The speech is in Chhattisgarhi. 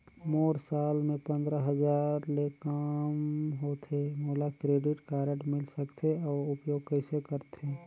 मोर साल मे पंद्रह हजार ले काम होथे मोला क्रेडिट कारड मिल सकथे? अउ उपयोग कइसे करथे?